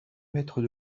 mètres